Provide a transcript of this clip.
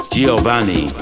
Giovanni